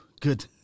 good